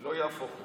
לא יהפוך את זה.